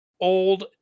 old